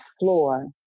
floor